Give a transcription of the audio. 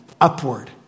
upward